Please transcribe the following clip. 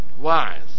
wise